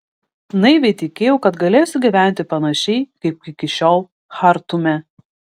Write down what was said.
naiviai tikėjau kad galėsiu gyventi panašiai kaip iki šiol chartume